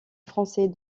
français